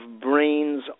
brains